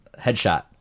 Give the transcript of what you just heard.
headshot